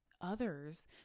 others